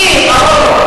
מי?